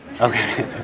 Okay